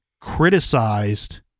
criticized